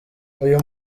uyu